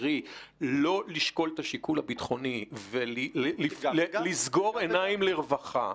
קרי לא לשקול את השיקול הביטחוני ולסגור עיניים לרווחה,